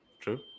True